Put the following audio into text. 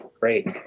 great